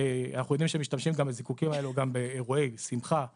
אנחנו יודעים שמשתמשים בזיקוקין האלו גם באירועי שמחה לאזרחים.